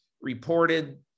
reported